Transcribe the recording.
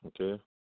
Okay